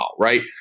right